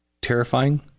Terrifying